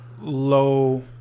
low